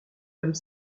comme